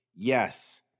Yes